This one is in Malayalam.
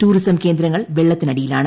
ടൂറിസം കേന്ദ്രങ്ങൾ വെള്ളത്തിനടിയിലാണ്